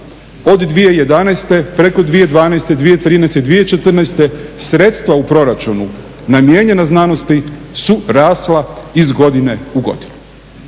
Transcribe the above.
od 2011. preko 2012., 2013., 2014. Sredstva u proračunu namijenjena znanosti su rasla iz godine u godinu.